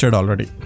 already